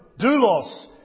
doulos